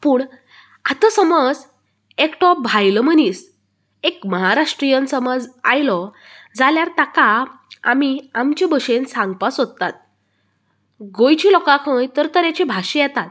पूण आतां समज एकटो भायलो मनीस एक महाराष्ट्रीयन समज आयलो जाल्यार ताका आमी आमचे भशेन सांगपा सोदतात गोंयची लोकांक खंय तरे तरेचीं भाशा येतात